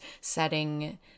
setting